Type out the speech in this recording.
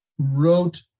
wrote